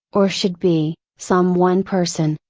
or should be, some one person,